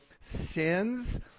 sins